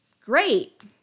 great